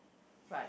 right